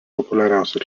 populiariausių